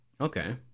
Okay